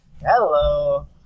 Hello